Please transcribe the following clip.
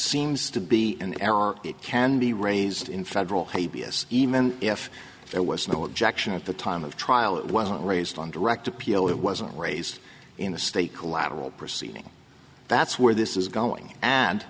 seems to be in error it can be raised in federal a b s even if there was no objection at the time of trial it wasn't raised on direct appeal it wasn't raised in the state collateral proceeding that's where this is going and